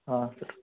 sir